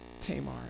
Tamar